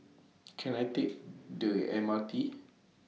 Can I Take The M R T